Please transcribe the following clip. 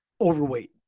overweight